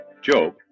Job